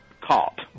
Caught